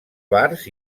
bars